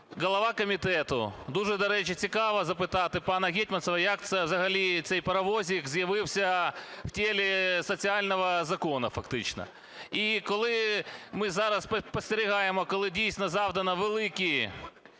голова комітету. Дуже, до речі, цікаво запитати пана Гетманцева, як це взагалі цей "паровозік" з'явився в тілі соціального закону фактично. І коли ми зараз спостерігаємо, коли дійсно завдано великі